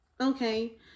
okay